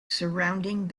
surrounding